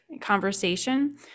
conversation